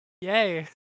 Yay